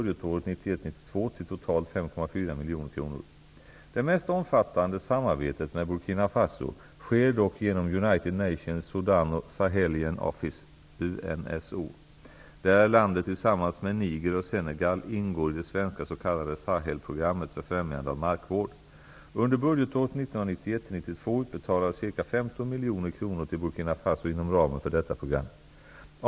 Det mest omfattande samarbetet med Burkina Faso sker dock genom United Nations Sudano Sahelian Office, UNSO, där landet tillsammans med Niger och Senegal ingår i det svenska s.k. miljoner kronor till Burkina Faso inom ramen för detta program.